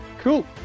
cool